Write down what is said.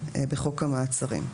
בחוק המעצרים.